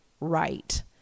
right